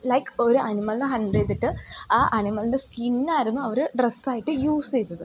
like ഒരു അനിമലിനെ hunt ചെയ്തിട്ട് ആ അനിമലിൻ്റെ സ്കിന്നായിരുന്നു അവർ ഡ്രസ്സായിട്ട് യൂസ് ചെയ്തത്